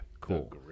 cool